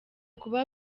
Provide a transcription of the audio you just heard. kuba